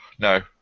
No